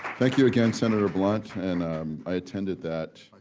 thank you again, senator blunt. and um i attended that